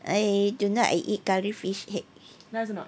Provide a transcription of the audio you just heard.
I tonight I eat curry fish head